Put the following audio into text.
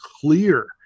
clear